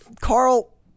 Carl